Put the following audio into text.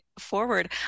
forward